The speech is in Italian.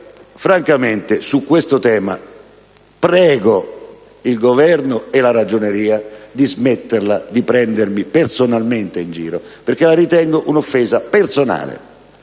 Francamente su questo tema prego il Governo e la Ragioneria di smetterla di prendermi personalmente in giro, perché la ritengo un'offesa personale.